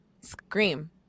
Scream